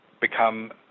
become